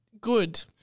good